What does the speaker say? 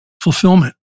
fulfillment